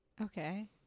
Okay